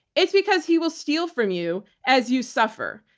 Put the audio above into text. it's because he will steal from you as you suffer.